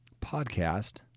Podcast